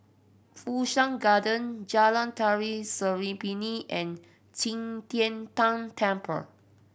Fu Shan Garden Jalan Tari Serimpi and Qi Tian Tan Temple